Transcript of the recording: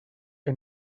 que